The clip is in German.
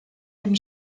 dem